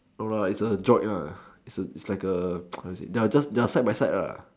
no it's just a joint it's like a how to say they are side by side